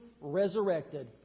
resurrected